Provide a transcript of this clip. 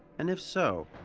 and if so,